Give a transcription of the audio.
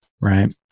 Right